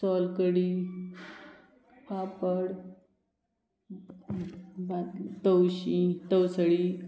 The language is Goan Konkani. सोलकडी पापड तवशीं तवसळी